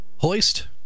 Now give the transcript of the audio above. hoist